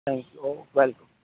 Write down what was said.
thank you welcome